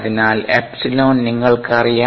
അതിനാൽ ε നിങ്ങൾക്കറിയാം